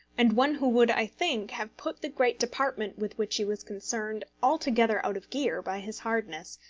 and one who would, i think, have put the great department with which he was concerned altogether out of gear by his hardness,